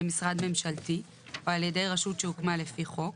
משרד ממשלתי או על ידי רשות שהוקמה לפי חוק.